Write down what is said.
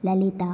ललिता